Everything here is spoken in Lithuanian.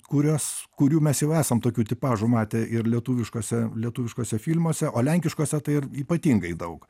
kurios kurių mes jau esam tokių tipažų matę ir lietuviškose lietuviškuose filmuose o lenkiškuose tai ir ypatingai daug